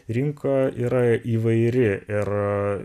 rinka yra įvairi ir